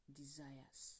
desires